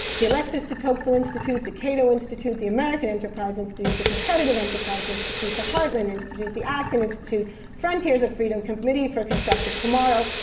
the alexis de tocqueville institute, the cato institute, the american enterprise institute, the competitive enterprise institute, the hartland institute, the acton institute, frontiers of freedom, committee for a constructive tomorrow,